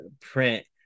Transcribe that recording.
print